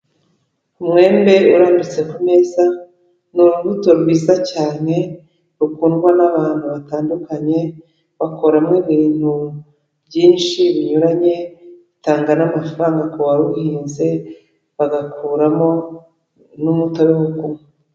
Umwembe urambitse ku meza, ni urubuto rwiza cyane rukundwa n'abantu batandukanye; bakoramo ibintu byinshi binyuranye bitanga n'amafaranga ku baruhinze, bagakuramo n'umutobe wo kunywa.